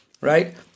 Right